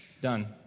Done